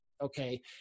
okay